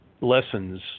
lessons